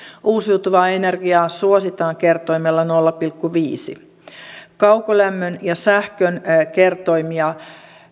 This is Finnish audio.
uusiutuvaa energiaa suositaan kertoimella nolla pilkku viidennen kaukolämmön ja sähkön kertoimia